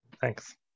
Thanks